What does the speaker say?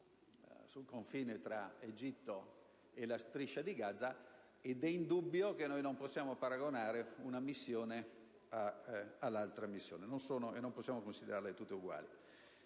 sul confine tra l'Egitto e la striscia di Gaza. È indubbio che non possiamo paragonare una missione all'altra o considerarle tutte uguali.